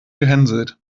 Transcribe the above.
gehänselt